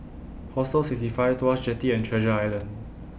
Hostel sixty five Tuas Jetty and Treasure Island